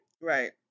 Right